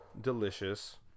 Delicious